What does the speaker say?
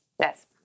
Yes